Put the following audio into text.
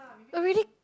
already